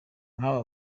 kw’aba